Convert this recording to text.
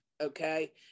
okay